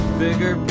bigger